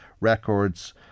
records